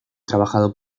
trabajando